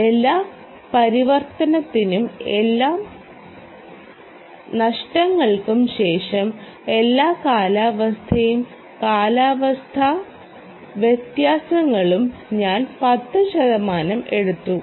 എല്ലാ പരിവർത്തനത്തിനും എല്ലാ നഷ്ടങ്ങൾക്കും ശേഷം എല്ലാ കാലാവസ്ഥയും കാലാവസ്ഥാ വ്യതിയാനങ്ങളും ഞാൻ 10 ശതമാനം എടുത്തു